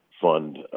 fund